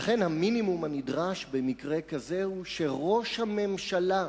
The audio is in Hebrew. ולכן, המינימום הנדרש במקרה כזה הוא שראש הממשלה,